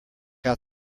out